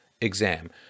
exam